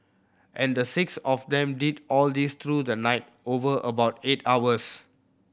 and the six of them did all this through the night over about eight hours